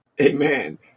Amen